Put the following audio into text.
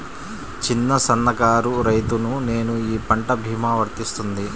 చిన్న సన్న కారు రైతును నేను ఈ పంట భీమా వర్తిస్తుంది?